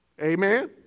Amen